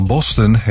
Boston